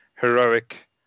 heroic